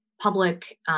public